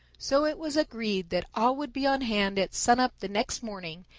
so it was agreed that all would be on hand at sun-up the next morning,